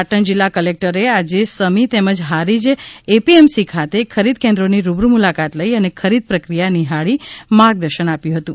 પાટણ જિલ્લા કલેકટરએ આજે સમી તેમજ હારીજ એપીએમસી ખાતે ખરીદ કેન્દ્રોની રૂબરૂ મુલાકાત લઇ અને ખરીદ પ્રક્રિયા નિહાળી માર્ગદર્શન આપ્યું હતું